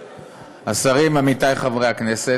השרים, עמיתי חברי הכנסת,